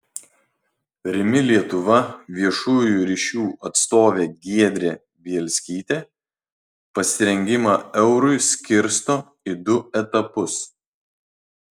rimi lietuva viešųjų ryšių atstovė giedrė bielskytė pasirengimą eurui skirsto į du etapus